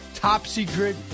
top-secret